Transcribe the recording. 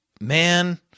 man—